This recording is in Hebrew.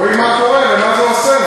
רואים מה קורה ומה זה עושה.